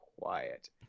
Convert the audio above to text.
quiet